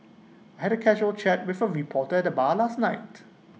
had A casual chat with A reporter the bar last night